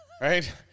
right